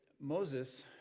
Moses